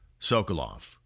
Sokolov